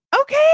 Okay